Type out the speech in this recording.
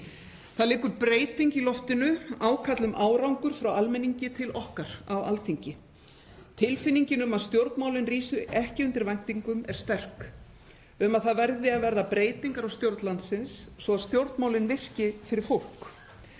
Það liggur breyting í loftinu, ákall um árangur frá almenningi til okkar á Alþingi. Tilfinningin um að stjórnmálin rísi ekki undir væntingum er sterk, um að það verði að verða breytingar á stjórn landsins, svo að stjórnmálin virki fyrir fólk.